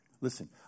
Listen